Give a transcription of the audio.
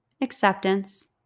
acceptance